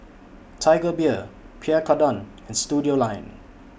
Tiger Beer Pierre Cardin and Studioline